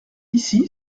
ici